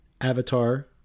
avatar